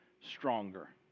stronger